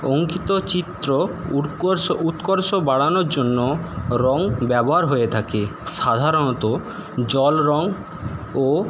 অঙ্কিত চিত্র উৎকর্ষ উৎকর্ষ বাড়ানোর জন্য রং ব্যবহার হয়ে থাকে সাধারণত জল রং ও